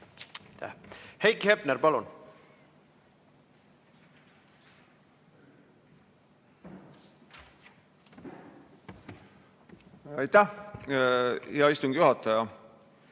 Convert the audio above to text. Heiki Hepner, palun! Aitäh, hea istungi juhataja!